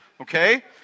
Okay